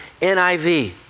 NIV